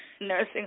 nursing